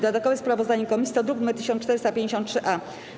Dodatkowe sprawozdanie komisji to druk nr 1453-A.